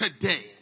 today